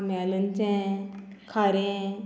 आम्या लोणचें खारें